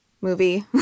movie